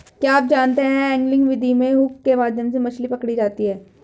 क्या आप जानते है एंगलिंग विधि में हुक के माध्यम से मछली पकड़ी जाती है